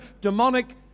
demonic